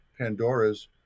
Pandoras